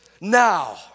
now